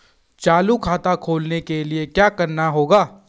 चालू खाता खोलने के लिए क्या करना होगा?